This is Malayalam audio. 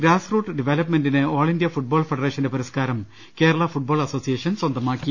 ഗ്രാസ്റൂട്ട് ഡെവലപ്മെന്റിന് ഓൾ ഇന്ത്യ ഫുട്ബോൾ ഫെഡറേ ഷന്റെ പുരസ്കാരം കേരള ഫുട്ബോൾ അസോസിയേഷൻ സ്വന്ത മാക്കി